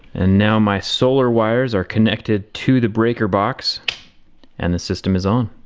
and now my solar wires are connected to the breaker box and the system is on.